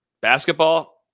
Basketball